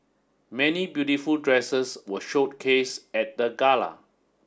many beautiful dresses were showcase at the gala